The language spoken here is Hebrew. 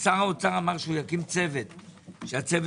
שר האוצר אמר שיקים צוות שיבחן.